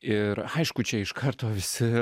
ir aišku čia iš karto visi